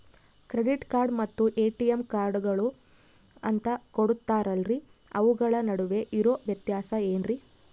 Credit card ಮತ್ತ ATM ಕಾರ್ಡುಗಳು ಅಂತಾ ಕೊಡುತ್ತಾರಲ್ರಿ ಅವುಗಳ ನಡುವೆ ಇರೋ ವ್ಯತ್ಯಾಸ ಏನ್ರಿ?